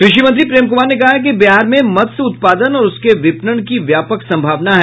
कृषि मंत्री प्रेम कुमार ने कहा है कि बिहार में मत्स्य उत्पादन और उसके विपणन की व्यापक संभावना है